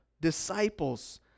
disciples